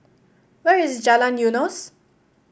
where is Jalan Eunos